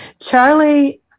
Charlie